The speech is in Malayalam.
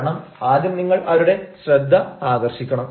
കാരണം ആദ്യം നിങ്ങൾ അവരുടെ ശ്രദ്ധ ആകർഷിക്കണം